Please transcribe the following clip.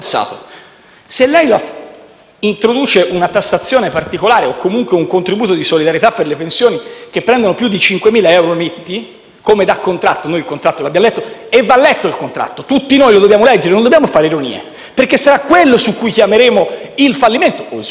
se lei introduce una tassazione particolare o comunque un contributo di solidarietà per le pensioni che superano i 5.000 euro netti, come da contratto (noi il contratto lo abbiamo letto e va letto, tutti noi lo dobbiamo leggere, non dobbiamo fare ironia, perché sarà quello su cui dichiareremo il fallimento o il successo